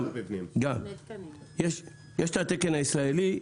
יש את התקן הישראלי,